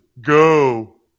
go